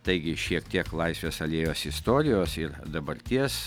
taigi šiek tiek laisvės alėjos istorijos ir dabarties